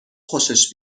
خوشش